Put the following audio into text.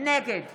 נגד